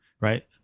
Right